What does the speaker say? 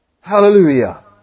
Hallelujah